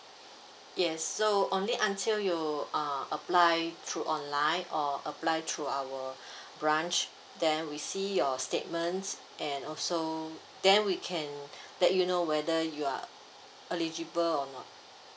yes so only until you uh apply through online or apply through our branch then we see your statements and also then we can let you know whether you are eligible or not